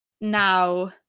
now